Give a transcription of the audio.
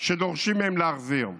שדורשים מהם להחזיר.